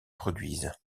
produisent